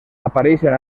apareixen